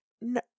No